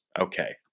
okay